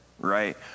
right